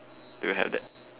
do you have that